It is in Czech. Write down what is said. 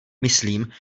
myslím